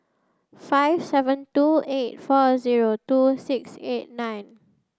five seven two eight four zero two six eight nine